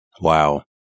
Wow